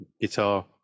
guitar